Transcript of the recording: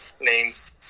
names